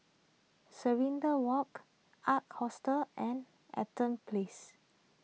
Serenade Walk Ark Hostel and Eaton Place